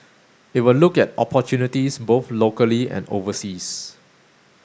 it will look at opportunities both locally and overseas